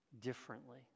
differently